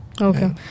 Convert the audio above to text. Okay